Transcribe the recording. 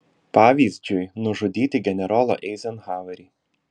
pavyzdžiui nužudyti generolą eizenhauerį